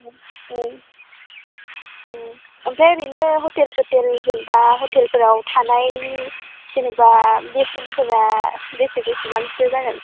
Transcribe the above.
ओ ओम ओमफ्राय ओरैनो हटेल सथेल जोन'बा हटेलफोराव थानायनि जेन'बा बेसेनफोरा बेसे बेसेबांसो जागोन